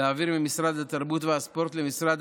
להעביר ממשרד התרבות והספורט למשרד